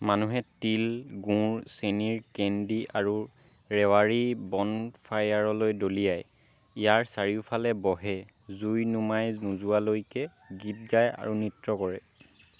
মানুহে তিল গুড় চেনীৰ কেণ্ডী আৰু ৰেৱাৰী বনফায়াৰলৈ দলিয়ায় ইয়াৰ চাৰিওফালে বহে জুই নুমাই নোযোৱালৈকে গীত গায় আৰু নৃত্য কৰে